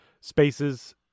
spaces